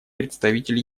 представитель